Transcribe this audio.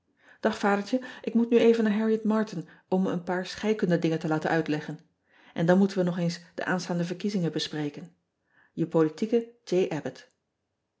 ag adertje ik moet nu even naar arriet artin om me een paar scheikunde dingen te laten uitleggen n dan moeten we nog eens de a s verkiezingen bespreken e politieke